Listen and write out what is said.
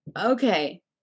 okay